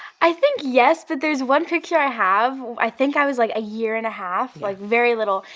i think, yes. but, there's one picture i have, i think i was like a year and a half, like very little,